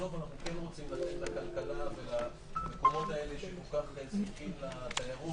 בסוף אנחנו רוצים לתת לכלכלה ולמקומות האלה שכל כך זקוקים לתיירות,